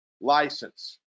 license